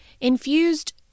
Infused